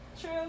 true